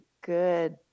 good